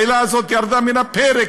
העילה הזאת ירדה מן הפרק.